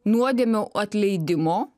nuodėmių atleidimo